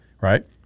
right